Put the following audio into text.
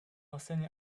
enseigne